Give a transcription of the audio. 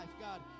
God